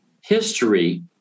history